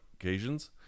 occasions